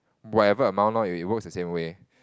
whatever amount lor it works the same way